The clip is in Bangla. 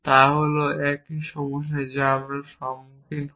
তা হল একই সমস্যা যা আমরা সম্মুখীন হই